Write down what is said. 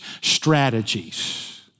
strategies